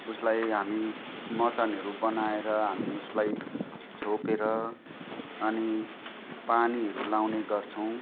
उसलाई हामी मचानहरू बनाएर हामी उसलाई छोपेर अनि पानीहरू लगाउने गर्छौँ